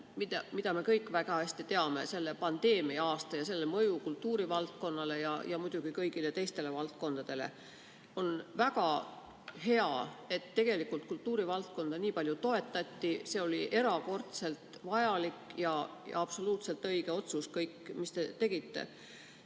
mida me kõik väga hästi teame: pandeemia-aasta mõju kultuurivaldkonnale. Ja muidugi mõjus see ka kõigile teistele valdkondadele. On väga hea, et kultuurivaldkonda nii palju toetati, see oli erakordselt vajalik ja absoluutselt õige otsus – kõik, mis te tegite.